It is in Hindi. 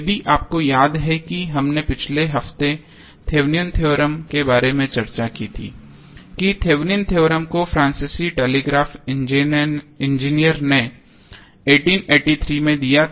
यदि आपको याद है कि हमने पिछले हफ्ते थेवेनिन थ्योरम Thevenins theorem के बारे में चर्चा की थी कि थेवेनिन थ्योरम Thevenins theorem को फ्रांसीसी टेलीग्राफ इंजीनियर ने 1883 में दिया था